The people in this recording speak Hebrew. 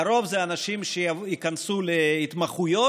לרוב זה אנשים שיכנסו להתמחויות.